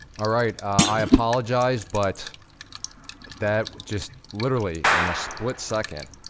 ah right, i apologize, but that, just literally, in a split second,